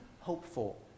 hopeful